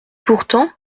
pourtant